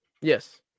Yes